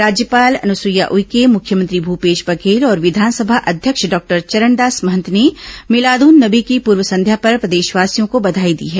राज्यपाल अनुसुईया उइके मुख्यमंत्री भूपेश बघेल और विधानसभा अध्यक्ष डॉक्टर चरणदास महंत ने मिलाद उन नबी की पूर्व संध्या पर प्रदेशवासियों को बधाई दी है